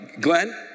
Glenn